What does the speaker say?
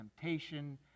temptation